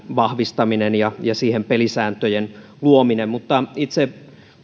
vahvistaminen ja ja siihen pelisääntöjen luominen mutta itse